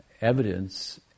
evidence